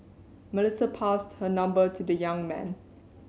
Melissa passed her number to the young man